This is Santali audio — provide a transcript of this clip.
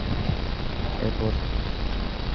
ᱮᱨᱯᱚᱨ